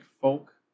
Folk